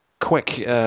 quick